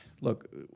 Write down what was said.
Look